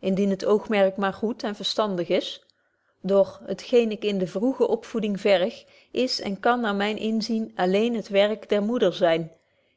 indien het oogmerk maar goed en verstandig is doch het geen ik in de vroege opvoebetje wolff proeve over de opvoeding ding verg is en kan naar myn inzien alléén het werk der moeder zyn